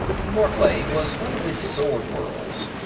morglay was one of the sword-worlds,